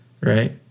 right